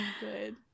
good